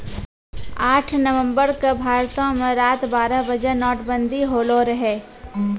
आठ नवम्बर के भारतो मे रात बारह बजे नोटबंदी होलो रहै